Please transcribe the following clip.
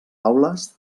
aules